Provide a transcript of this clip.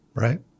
Right